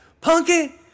punky